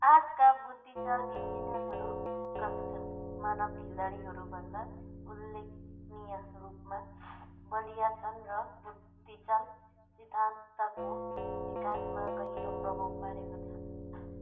आजका बुद्धिचाल इन्जीनियरहरू उत्कृष्ट मानव खेलाडीहरूभन्दा उल्लेखनीय रूपमा बलिया छन् र बुद्धिचाल सिद्धान्तको विकासमा गहिरो प्रभाव पारेका छन्